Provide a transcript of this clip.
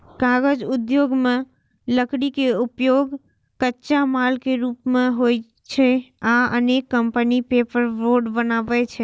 कागज उद्योग मे लकड़ी के उपयोग कच्चा माल के रूप मे होइ छै आ अनेक कंपनी पेपरबोर्ड बनबै छै